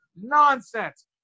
nonsense